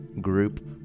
group